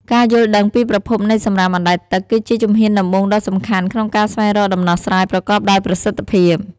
ការយល់ដឹងពីប្រភពនៃសំរាមអណ្តែតទឹក គឺជាជំហានដំបូងដ៏សំខាន់ក្នុងការស្វែងរកដំណោះស្រាយប្រកបដោយប្រសិទ្ធភាព។